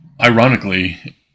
ironically